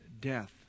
death